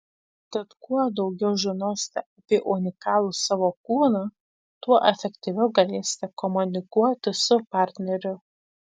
tad kuo daugiau žinosite apie unikalų savo kūną tuo efektyviau galėsite komunikuoti su partneriu